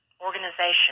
organization